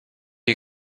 you